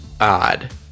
odd